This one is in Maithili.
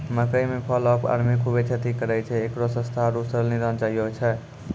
मकई मे फॉल ऑफ आर्मी खूबे क्षति करेय छैय, इकरो सस्ता आरु सरल निदान चाहियो छैय?